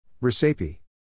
Recipe